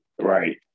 Right